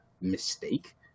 mistake